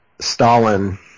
Stalin